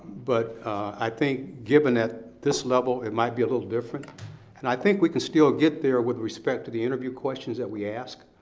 but i think given at this level it might be a little different and i think we can still get there with respect to the interview questions that we ask.